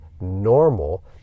normal